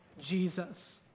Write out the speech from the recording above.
Jesus